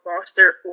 foster